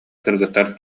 кыргыттар